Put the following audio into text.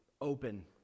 open